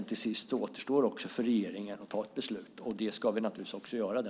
Till sist återstår för regeringen att fatta beslut. Det ska vi naturligtvis också göra då.